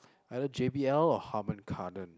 either J_B_L or Harman-Cardon